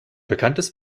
bekanntes